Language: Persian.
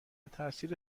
تاثیر